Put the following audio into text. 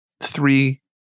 three